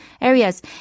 areas